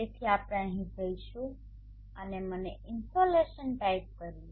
તેથી આપણે અહીં જઈશું અને મને ઇનસોલેશન ટાઇપ કરીએ